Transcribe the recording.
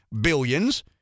billions